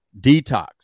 detox